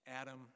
Adam